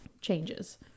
changes